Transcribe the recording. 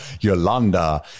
Yolanda